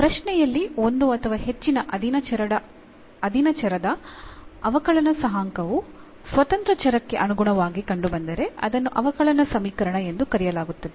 ಪ್ರಶ್ನೆಯಲ್ಲಿ ಒಂದು ಅಥವಾ ಹೆಚ್ಚಿನ ಅಧೀನಚರದ ಅವಕಲನ ಸಹಾಂಕವು ಸ್ವತಂತ್ರ ಚರಕ್ಕೆ ಅನುಗುಣವಾಗಿ ಕಂಡುಬಂದರೆ ಅದನ್ನು ಅವಕಲನ ಸಮೀಕರಣ ಎಂದು ಕರೆಯಲಾಗುತ್ತದೆ